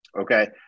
okay